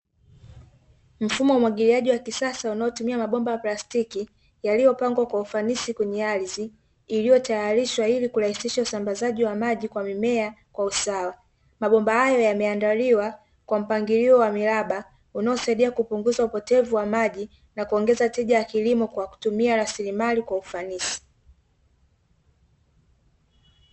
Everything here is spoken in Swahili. Mfumo wa umwagiliaji wa kisasa unaotumia mabomba ya plastiki yaliyopangwa kwa ufanisi kwenye ardhi iliyotayarishwa ili kurahisisha usambazaji wa maji kwa mimea kwa usawa. Mabomba hayo yameandaliwa kwa mpangilio wa miraba unaosaidia kupunguza upotevu wa maji na kuongeza tija ya kilimo kwa kutumia rasilimali kwa ufanisi.